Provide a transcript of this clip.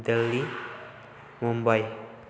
Delhi Mumbai